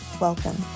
Welcome